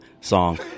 song